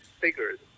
figures